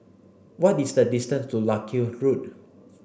what is the distance to Larkhill Road